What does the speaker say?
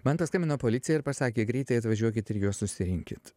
man paskambino policijai ir pasakė greitai atvažiuokit ir juos susirinkit